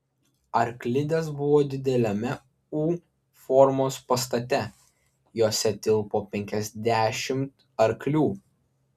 arklidės buvo dideliame u formos pastate jose tilpo penkiasdešimt arklių